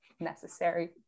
Necessary